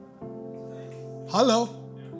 hello